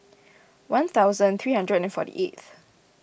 one thousand three hundred and forty eighth